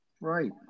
Right